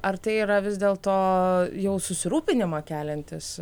ar tai yra vis dėl to jau susirūpinimą keliantis